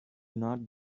not